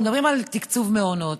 אנחנו מדברים על תקצוב מעונות.